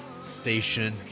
Station